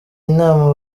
inama